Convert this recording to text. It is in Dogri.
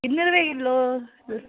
किन्ने रपेऽ किल्लो